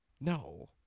No